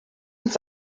uns